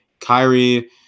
Kyrie